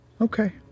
Okay